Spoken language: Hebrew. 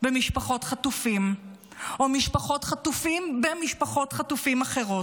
במשפחות חטופים או משפחות חטופים במשפחות חטופים אחרות.